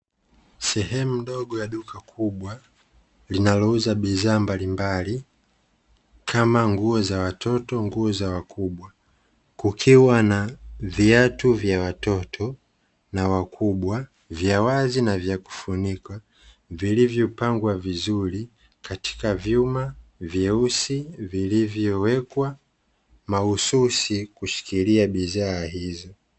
Sehemu ndogo ya duka kubwa linalouza bidhaa mbalimbali kama nguo za watoto , nguo za wakubwa kukiwa na viatu vya watoto na wakubwa, vya wazi na vya kufunikwa vilivyopangwa vizuri katika vyuma vyeusi vilivyowekwa mahususi kushikilia bidhaa hizo.